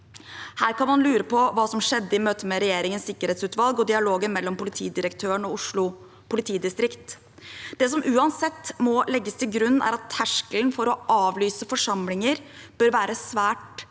Her kan man lure på hva som skjedde i møtet med Regjeringens sikkerhetsutvalg og dialogen mellom politidirektøren og Oslo politidistrikt. Det som uansett må legges til grunn, er at terskelen for å avlyse forsamlinger bør være svært,